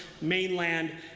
mainland